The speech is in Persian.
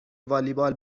والیبال